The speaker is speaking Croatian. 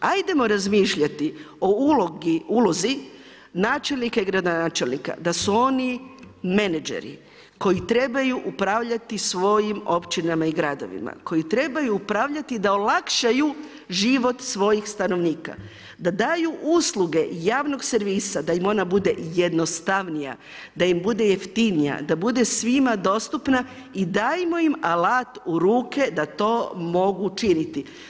Hajdemo razmišljati o ulozi načelnika i gradonačelnika da su oni menadžeri koji trebaju upravljati svojim općinama i gradovima, koji trebaju upravljati da olakšaju život svojih stanovnika, da daju usluge javnog servisa da im ona bude jednostavnija, da im bude jeftinija, da bude svima dostupna i dajmo im alat u ruke da to mogu činiti.